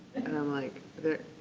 and i'm like,